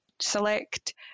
select